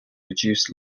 reduce